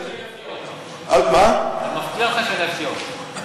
אני מבטיח לך שאני אפתיע אותך.